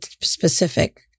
specific